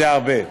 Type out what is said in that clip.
זה הרבה.